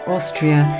Austria